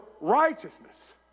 righteousness